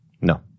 No